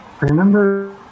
remember